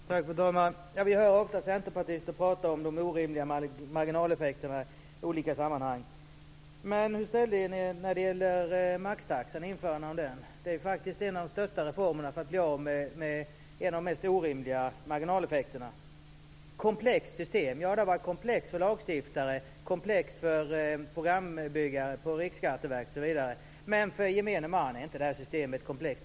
Fru talman! Vi hör ofta centerpartister prata om de orimliga marginaleffekterna i olika sammanhang. Men hur ställde ni er när det gällde införandet av maxtaxan? Det är en av de största reformerna för att bli av med en av de mest orimliga marginaleffekterna. Det sägs vara ett "komplext system". Ja, det har varit komplext för lagstiftare och för programbyggare på Riksskatteverket osv. Men för gemene man är inte systemet komplext.